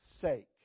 sake